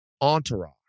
entourage